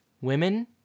Women